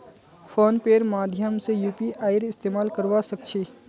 phone पेर माध्यम से यूपीआईर इस्तेमाल करवा सक छी